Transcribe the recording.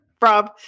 Rob